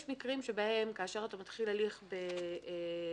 יש מקרים שבהם כאשר אתה מתחיל הליך בסדר